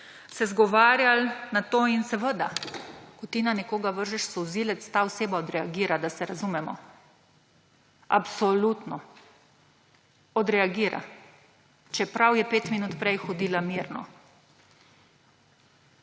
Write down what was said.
se izgovarjali na to. Seveda, ko ti na nekoga vržeš solzivec, ta oseba odreagira, da se razumemo. Absolutno odreagira, čeprav je pet minut prej hodila mirno.